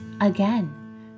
Again